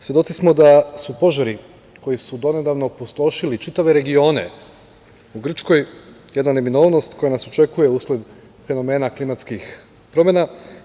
Svedoci smo da su požari koji su donedavno opustošili čitave regione u Grčkoj jedna neminovnost koja nas očekuje usled fenomena klimatskih promena.